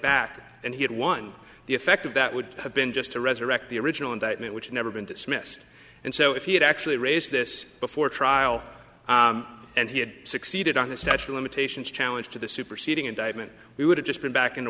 back and he had won the effect of that would have been just to resurrect the original indictment which never been dismissed and so if he had actually raised this before trial and he had succeeded on the statue limitations challenge to the superseding indictment we would've just been back in